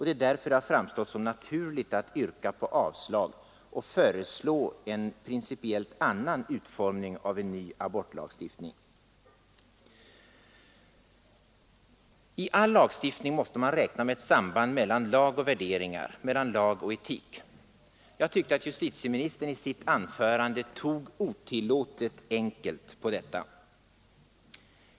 Det är därför det har framstått som naturligt att yrka på avslag och föreslå en principiellt annan utformning av en ny abortlagstiftning. I all lagstiftning måste man räkna med ett samband mellan lag och värderingar, lag och etik. Jag tyckte att justitieministern i sitt anförande tog otillåtet enkelt på detta.